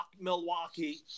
Milwaukee